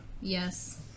Yes